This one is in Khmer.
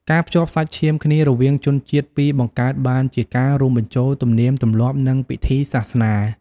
ការភ្ជាប់់សាច់ឈាមគ្នារវាងជនជាតិពីរបង្កើតបានជាការរួមបញ្ចូលទំនៀមទម្លាប់ និងពិធីសាសនា។